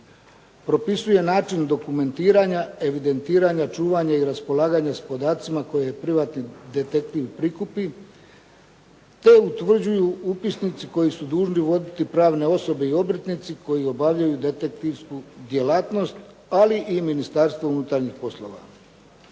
propisuje način dokumentiranja, evidentiranja, čuvanja i raspolaganja s podacima koje privatni detektiv prikupi, te utvrđuju upisnici koje su dužni voditi pravne osobe i obrtnici koji obavljaju detektivsku djelatnost, ali i Ministarstvo unutarnjih poslova.